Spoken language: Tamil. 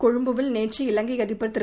கொழும்புவில் நேற்று இலங்கை அதிபர் திரு